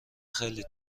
خیلی